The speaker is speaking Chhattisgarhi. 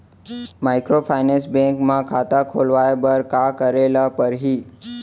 माइक्रोफाइनेंस बैंक म खाता खोलवाय बर का करे ल परही?